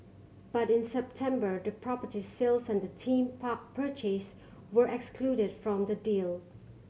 but in September the property sales and the theme park purchase were excluded from the deal